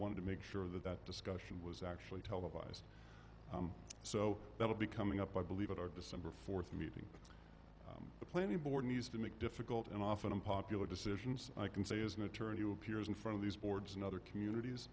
wanted to make sure that that discussion was actually televised so that will be coming up i believe at our december fourth meeting the planning board needs to make difficult and often unpopular decisions i can say is an attorney who appears in front of these boards and other communities